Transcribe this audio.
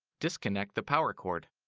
disconnect the power cord.